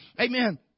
Amen